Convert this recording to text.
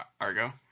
Argo